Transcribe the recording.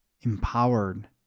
empowered